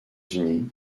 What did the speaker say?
unis